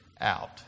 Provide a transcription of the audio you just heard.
out